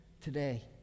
Today